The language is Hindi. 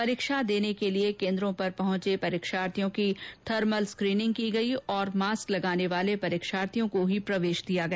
परीक्षा देने के लिए केन्द्रों पर पहुंचे परीक्षार्थियों की थर्मल स्क्रीनिंग हई और मास्क लगाने वाले परीक्षार्थियों को ही प्रवेश दिया गया